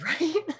right